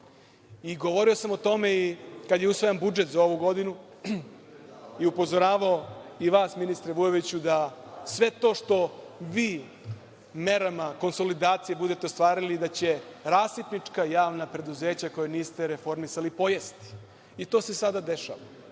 Govorio sam o tome i kad je usvajan budžet za ovu godinu i upozoravao i vas, ministre Vujoviću, da sve to što vi merama konsolidacije budete ostvarili, da će rasipnička javna preduzeća koja niste reformisali pojesti. I to se sada dešava.